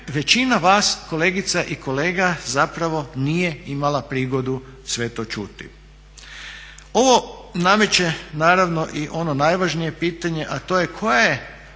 većina vas, kolegica i kolega zapravo nije imala prigodu sve to čuti. Ovo nameće naravno i ono najvažnije pitanje a to je koja je